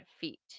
feet